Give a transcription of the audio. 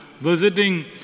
visiting